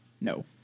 No